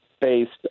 based